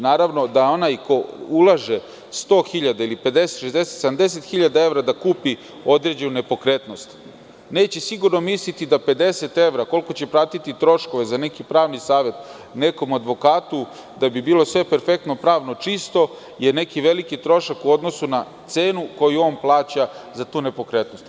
Naravno, da onaj ko ulaže sto hiljada ili pedeset, šezdeset, sedamdesethiljada evra da kupi određenu nepokretnost neće sigurno misliti da pedeset evra koliko će platiti troškove za neki pravni savet nekom advokatu da bi bilo sve perfektno, pravno čisto jer neki veliki pravni trošak u odnosu na cenu koju on plaća za tu nepokretnost.